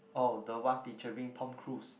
oh the one featuring Tom Cruise